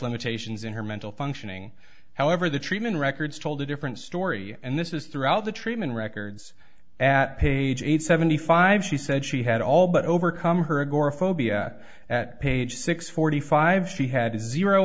limitations in her mental functioning however the treatment records told a different story and this is throughout the treatment records at page eight seventy five she said she had all but overcome her agoraphobia at page six forty five she had